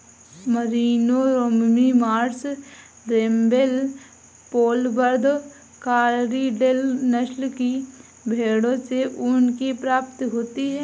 Merino, Romney Marsh, Rambouillet, Polwarth, Corriedale नस्ल की भेंड़ों से ऊन की प्राप्ति होती है